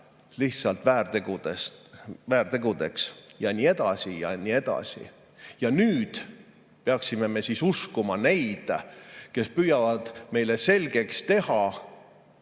lihtsalt väärtegudeks. Ja nii edasi, ja nii edasi. Ja nüüd peaksime siis uskuma neid, kes püüavad meile selgeks teha,